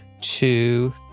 two